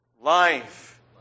Life